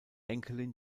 enkelin